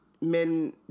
men